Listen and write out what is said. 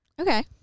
Okay